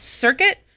Circuit